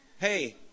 Hey